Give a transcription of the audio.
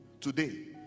today